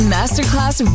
Masterclass